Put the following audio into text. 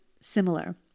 similar